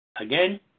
Again